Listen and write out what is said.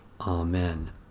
Amen